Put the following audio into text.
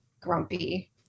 grumpy